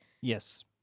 Yes